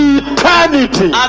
eternity